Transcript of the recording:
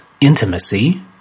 intimacy